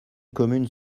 communes